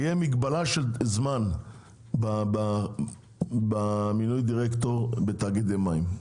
יהיה מגבלה של זמן במינוי דירקטור בתאגידי מים.